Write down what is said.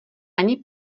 ani